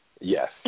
Yes